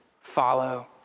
Follow